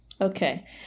Okay